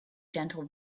gentle